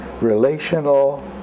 relational